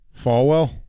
Falwell